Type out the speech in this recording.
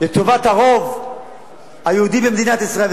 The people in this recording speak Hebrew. לטובת הרוב היהודי במדינת ישראל,